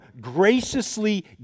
graciously